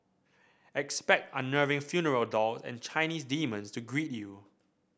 expect unnerving funeral doll and Chinese demons to greet you